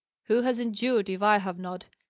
who has endured, if i have not?